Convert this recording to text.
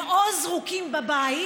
הם זרוקים בבית,